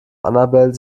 annabel